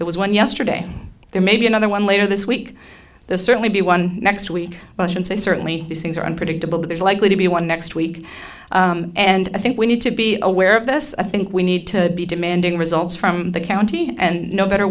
there was one yesterday there may be another one later this week there's certainly be one next week and say certainly these things are unpredictable there's likely to be one next week and i think we need to be aware of this i think we need to be demanding results from the county and no better